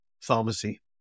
pharmacy